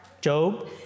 Job